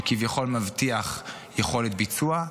שכביכול מבטיח יכולת ביצוע,